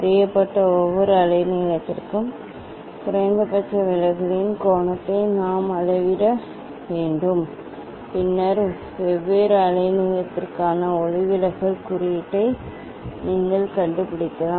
அறியப்பட்ட ஒவ்வொரு அலைநீளத்திற்கும் குறைந்தபட்ச விலகலின் கோணத்தை நாம் அளவிட வேண்டும் பின்னர் வெவ்வேறு அலைநீளத்திற்கான ஒளிவிலகல் குறியீட்டை நீங்கள் கண்டுபிடிக்கலாம்